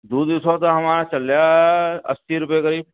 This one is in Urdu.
دودھی سودا ہمارا چل رہا ہے اسی روپئے کے قریب